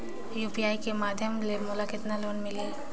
Bank UPI कर माध्यम ले मोला कतना लाभ मिली?